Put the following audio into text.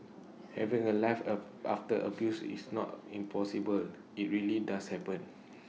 having A life of after abuse is not impossible IT really does happen